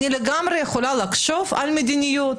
אני לגמרי יכולה לחשוב על מדיניות,